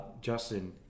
Justin